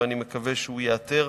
ואני חושב שהוא ייעתר.